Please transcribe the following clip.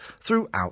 throughout